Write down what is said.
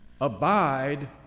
Abide